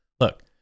Look